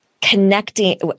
connecting